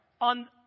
on